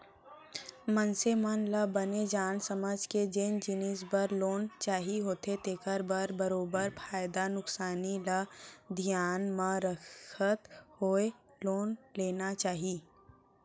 मनसे मन ल बने जान समझ के जेन जिनिस बर लोन चाही होथे तेखर बर बरोबर फायदा नुकसानी ल धियान म रखत होय लोन लेना चाही